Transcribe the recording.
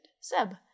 Seb